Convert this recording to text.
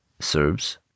Serbs